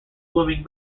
swimming